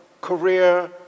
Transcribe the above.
career